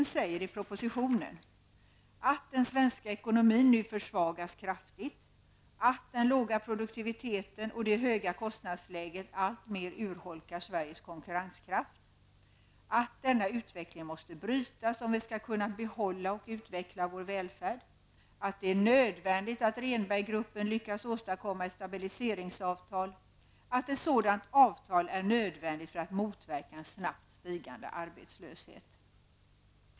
att den svenska ekonomin nu försvagas kraftigt, att den låga produktiviteten och det höga kostnadsläget alltmer urholkar Sveriges konkurrenskraft, att denna utveckling måste brytas om vi skall kunna behålla och utveckla vår välfärd, att det är nödvändigt att Rehnberggruppen lyckas åstadkomma ett stabiliseringsavtal samt att ett sådant avtal är nödvändigt för att motverka en snabbt stigande arbetslöshet.